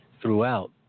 throughout